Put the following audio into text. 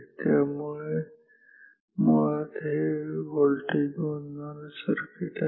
त्यामुळे मुळात हे एक व्होल्टेज मोजणारं सर्किट आहे